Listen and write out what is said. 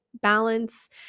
balance